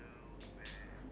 which is good lah